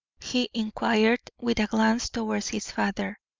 he inquired, with a glance towards his father.